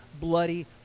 bloody